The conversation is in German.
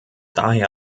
daher